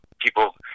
people